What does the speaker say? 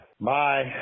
Bye